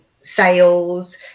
sales